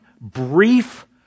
brief